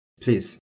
Please